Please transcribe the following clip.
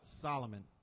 Solomon